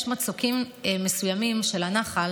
יש מצוקים מסוימים של הנחל